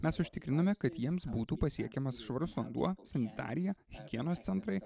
mes užtikriname kad jiems būtų pasiekiamas švarus vanduo sanitarija higienos centrai